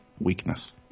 weakness